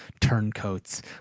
turncoats